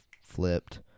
flipped